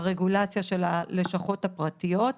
הרגולציה של הלשכות הפרטיות,